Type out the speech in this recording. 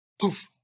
poof